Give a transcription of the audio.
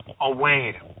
away